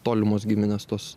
tolimos giminės tos